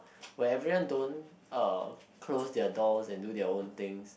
where everyone don't uh close their doors and do their own things